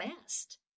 best